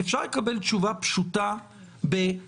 אפשר לקבל תשובה פשוטה ב"כן",